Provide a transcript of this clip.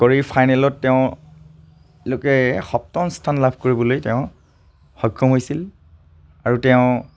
কৰি ফাইনেলত সপ্তম স্থান লাভ কৰিবলৈ তেওঁ সক্ষম হৈছিল আৰু তেওঁ